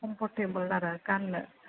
comfortable आरो गान्नो